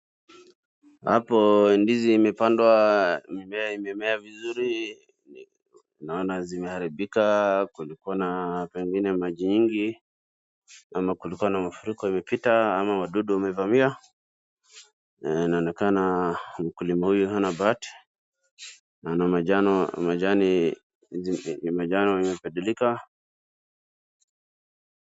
Hapo ndizi imepandwa, mimea imemea vizuri, naona zimeharibika, kulikuwa na pengine maji nyingi ama kulikuwa na mafuriko imepita ama wadudu wamevamia na inaonekana mkulima huyu hana bahati na majani imebadilika.